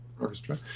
orchestra